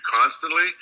constantly